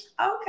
okay